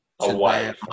away